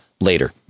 later